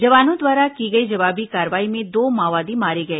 जवानों द्वारा की गई जवाबी कार्रवाई में दो माओवादी मारे गए